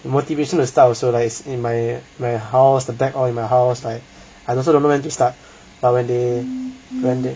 the motivation to start also like it's in my my house the bag all in my house like I also don't know to start but when they